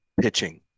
Pitching